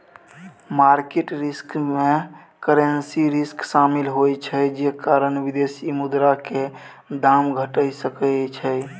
market risk में currency risk शामिल होइ छइ जे कारण विदेशी मुद्रा के दाम घइट सकइ छइ